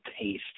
taste